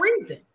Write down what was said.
reason